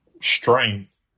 strength